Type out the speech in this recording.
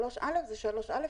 סעיף 3(א) זה 3(א).